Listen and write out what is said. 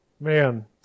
man